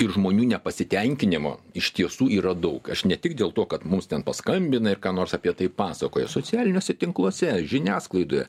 ir žmonių nepasitenkinimo iš tiesų yra daug aš ne tik dėl to kad mums ten paskambina ir ką nors apie tai pasakoja socialiniuose tinkluose žiniasklaidoje